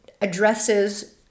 addresses